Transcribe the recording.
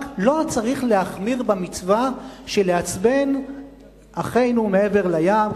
רק לא צריך להחמיר במצווה של לעצבן אחינו מעבר לים,